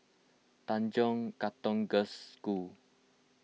Tanjong Katong Girls' School